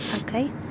Okay